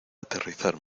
aterrizar